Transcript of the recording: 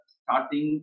starting